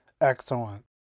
Excellent